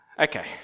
Okay